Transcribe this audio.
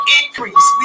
increase